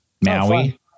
Maui